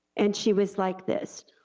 and she was like this.